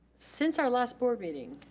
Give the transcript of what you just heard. since our last board meeting,